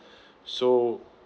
so